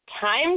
time